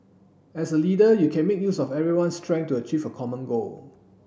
as a leader you can make use of everyone's strength to achieve a common goal